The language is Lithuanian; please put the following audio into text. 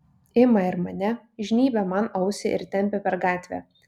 ima ir mane žnybia man ausį ir tempia per gatvę